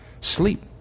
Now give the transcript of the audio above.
Sleep